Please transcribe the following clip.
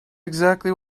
exactly